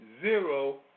zero